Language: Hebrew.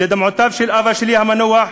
ולדמעותיו של אבא שלי המנוח,